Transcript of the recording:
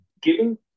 giving